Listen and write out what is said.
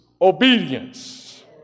obedience